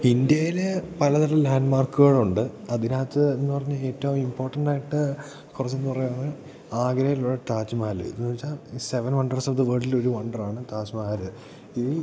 ഇന്ത്യയിൽ പലതരം ലാൻ്റ്മാർക്കുകളുണ്ട് അതിനകത്ത് എന്നു പറഞ്ഞാൽ ഏറ്റവും ഇമ്പോർട്ടൻ്റായിട്ട് കുറച്ചെന്നു പറയുകയാണെങ്കിൽ ആഗ്രയിലുള്ള താജ്മഹൽ എന്നു വെച്ചാൽ ഈ സെവൻ വണ്ടേഴ്സ് ഓഫ് ദ വേൾഡിലൊരു വണ്ടറാണ് താജ്മഹല് ഈ